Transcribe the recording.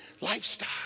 lifestyle